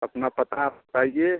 अपना पता आप बताइए